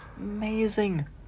Amazing